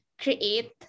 create